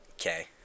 Okay